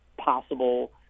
possible